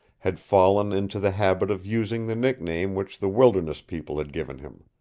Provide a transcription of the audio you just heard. had fallen into the habit of using the nickname which the wilderness people had given him.